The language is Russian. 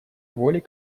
воли